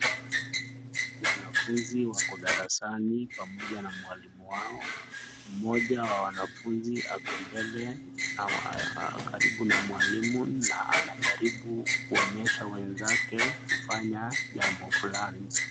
Wanafunzi wako darasani pamoja na mwalimu wao. Mmoja wa wanafunzi ako mbele karibu na mwalimu na anajaribu kuonyesha wenzake kufanya jambo fulani.